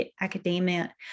academia